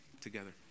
together